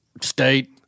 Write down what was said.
state